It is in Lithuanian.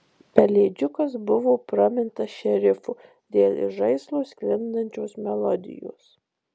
pelėdžiukas buvo pramintas šerifu dėl iš žaislo sklindančios melodijos